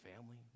family